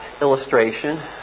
illustration